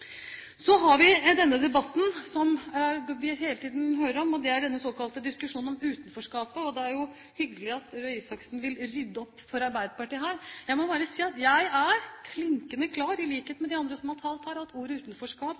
Så har vi i denne debatten diskusjonen om det såkalte utenforskapet, som vi hele tiden hører om. Det er jo hyggelig at Røe Isaksen vil rydde opp for Arbeiderpartiet her. Jeg må bare si at jeg er klinkende klar på, i likhet med de andre som har talt her, at ordet